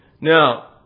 Now